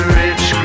rich